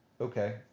okay